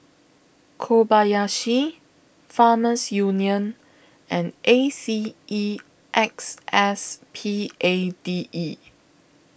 Kobayashi Farmers Union and A C E X S P A D E